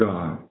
God